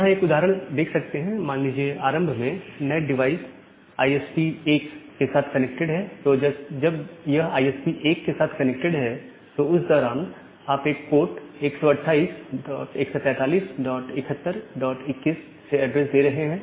यहां आप एक उदाहरण देख सकते हैं मान लीजिए आरंभ में नैट डिवाइस आईएसपी 1 से साथ कनेक्टेड है तो जब यह आईएसपी 1 के साथ कनेक्टेड है तो उस दौरान आप एक पोर्ट 12814371 21 से एड्रेस दे रहे हैं